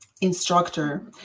instructor